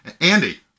Andy